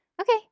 Okay